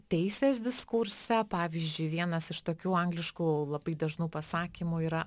teisės diskurse pavyzdžiui vienas iš tokių angliškų labai dažnų pasakymų yra